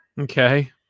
Okay